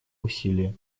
усилия